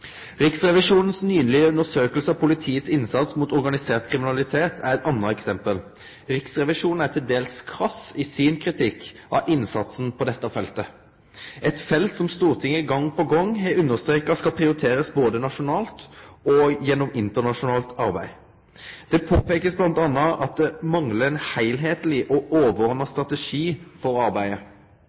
Riksrevisjonens nylege undersøking av politiets innsats mot organisert kriminalitet er eit anna eksempel. Riksrevisjonen er dels krass i sin kritikk av innsatsen på dette feltet, eit felt som Stortinget gang på gang har streka under skal prioriterast både nasjonalt og gjennom internasjonalt arbeid. Det blir blant anna peikt på at det manglar ein heilskapleg og overordna strategi for arbeidet.